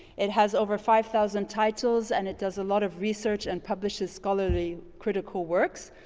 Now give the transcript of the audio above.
it has over five thousand titles and it does a lot of research and publishes scholarly critical works.